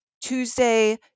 Tuesday